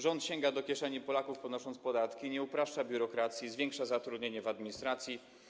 Rząd sięga do kieszeni Polaków, podnosząc podatki, nie upraszcza biurokracji, zwiększa zatrudnienie w administracji.